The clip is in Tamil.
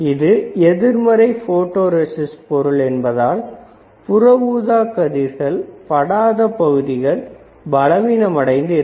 இது எதிர்மறை போட்டோ ரெஸிஸ்ட் பொருள் என்பதால் புறஊதாக்கதிர் படாத பகுதிகள் பலவீனமடைந்து இருக்கும்